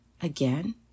again